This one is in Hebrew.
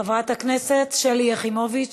חברת הכנסת שלי יחימוביץ,